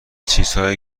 چیزهایی